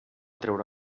treure